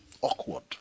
awkward